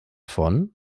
von